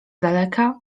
daleka